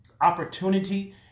opportunity